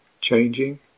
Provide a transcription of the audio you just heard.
changing